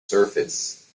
surface